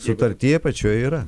sutartyje pačioje yra